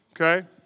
okay